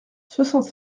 soixante